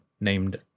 named